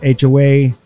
HOA